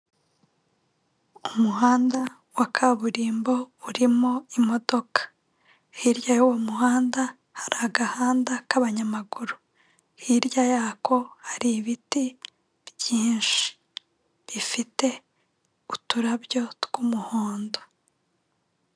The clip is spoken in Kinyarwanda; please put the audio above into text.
Umuhanda wa kaburimbo urimo imodoka, hirya y'uwo muhanda hari agahanda k'abanyamaguru, hirya yako hari ibiti byinshi bifite uturabyo tw'umuhondo.